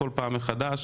כל פעם מחדש,